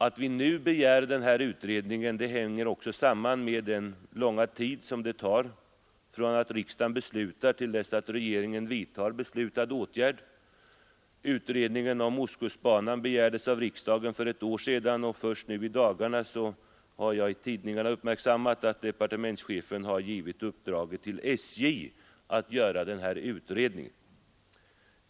Att vi nu begär denna utredning hänger ock tid det tar från det att riksdagen beslutar till dess att regeringen vidtager beslutad åtgärd. Utredningen om Ostkustbanan begärdes av riksdagen för ett år sedan, och först nu i dagarna har jag i tidningarna uppmärksammat att departementschefen givit uppdraget till SJ att göra utredningen.